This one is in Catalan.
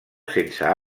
sense